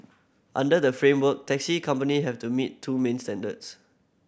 under the framework taxi company have to meet two main standards